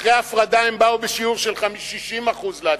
אחרי ההפרדה הם באו בשיעור של 60% להצבעה.